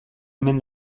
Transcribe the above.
hemen